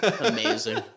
Amazing